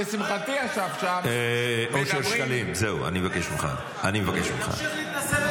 שלשמחתי ישב שם --- ההתנשאות שלך לא תעזור,